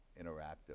interactive